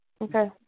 Okay